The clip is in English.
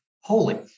Holy